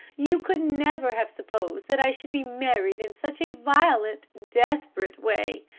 you could never have supposed that i should be married in such a violent, desperate way.